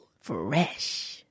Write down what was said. Fresh